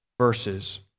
verses